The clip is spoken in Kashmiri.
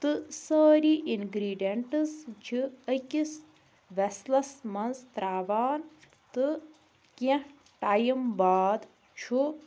تہٕ سٲری اِنٛگرٛیٖڈِیَنٹٕس چھِ أکِس وٮ۪سلَس منٛز ترٛاوان تہٕ کیٚنٛہہ ٹایِم بعد چھُ